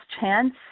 chance